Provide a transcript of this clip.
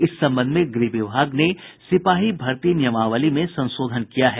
इस संबंध में गृह विभाग ने सिपाही भर्ती नियमावली में संशोधन किया है